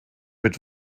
mit